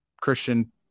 Christian